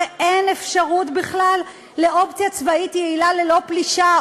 הרי אין אפשרות בכלל לאופציה צבאית יעילה ללא פלישה,